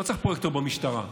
לא צריך פרויקטור במשטרה.